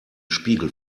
spiegel